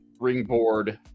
ringboard